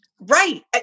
Right